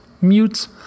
Mute